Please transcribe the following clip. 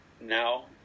now